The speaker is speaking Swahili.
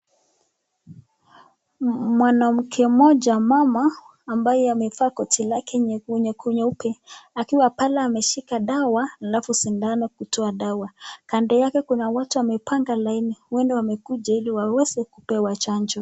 Mwanamke mmoja mama ambaye amevaa koti lake nyeupe akiwa pale ameshika dawa alafu sindano kutoa dawa kando yake kuna watu wamepanga laini huenda wamekuja ili waweze kupewa chanjo.